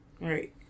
Right